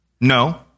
No